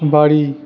বাড়ি